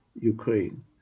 Ukraine